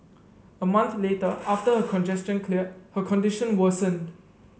a month later after her congestion cleared her condition worsened